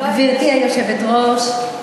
גברתי היושבת-ראש,